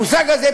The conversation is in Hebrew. המושג הזה,